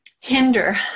hinder